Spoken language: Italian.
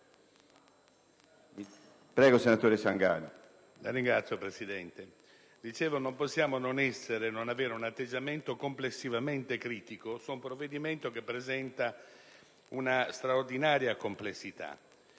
Prego, senatore Sangalli.